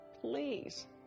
please